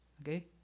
Okay